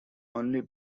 only